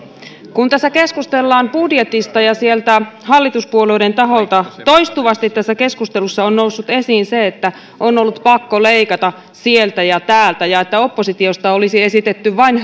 kun tässä keskustellaan budjetista ja hallituspuolueiden taholta toistuvasti tässä keskustelussa on noussut esiin se että on ollut pakko leikata sieltä ja täältä ja että oppositiosta olisi esitetty vain